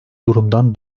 durumdan